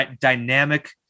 dynamic